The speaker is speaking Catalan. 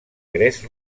gres